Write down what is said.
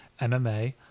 MMA